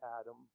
Adam